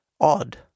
odd